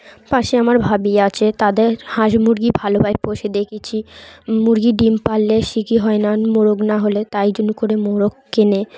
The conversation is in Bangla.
পাশে আমার ভাবি আছে তাদের হাঁস মুরগি ভালোভাবে পষে দেখেছি মুরগি ডিম পারলে শিকী হয় না মোরগ না হলে তাই জন্য করে মোরগ কেনে